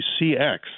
CX